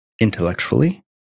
intellectually